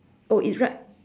oh it's right